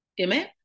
Amen